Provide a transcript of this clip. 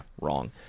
wrong